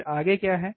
फिर आगे क्या है